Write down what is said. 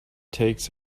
takes